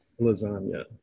lasagna